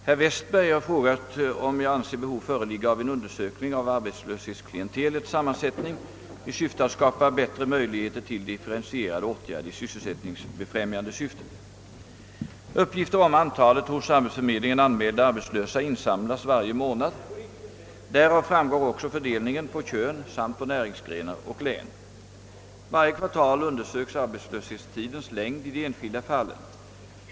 Herr talman! Herr Westberg har frågat, om jag anser behov föreligga av en undersökning av arbetslöshetsklientelets sammansättning i syfte att skapa bättre möjligheter till differentierade åtgärder i sysselsättningsbefrämjande syfte. Uppgifter om antalet hos arbetsförmedlingen anmälda arbetslösa insamlas varje månad. Därav framgår också fördelningen på kön samt på näringsgrenar och län. Varje kvartal undersöks arbetslöshetstidens längd i de enskilda fallen.